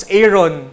Aaron